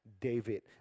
David